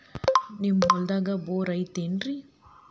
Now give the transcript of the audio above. ನಿಮ್ಮ ಹೊಲ್ದಾಗ ಬೋರ್ ಐತೇನ್ರಿ?